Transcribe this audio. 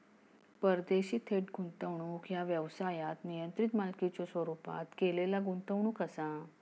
परदेशी थेट गुंतवणूक ह्या व्यवसायात नियंत्रित मालकीच्यो स्वरूपात केलेला गुंतवणूक असा